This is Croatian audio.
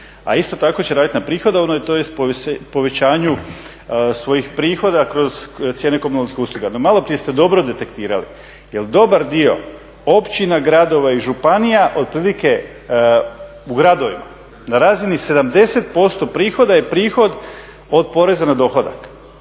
a isto tako će raditi na prihodovnoj tj. povećanju svojih prihoda kroz cijene komunalnih usluga. No, maloprije ste dobro detektirali. Jer dobar dio općina, gradova i županija otprilike u gradovima na razini 70% prihoda je prihod od poreza na dohodak.